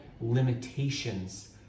limitations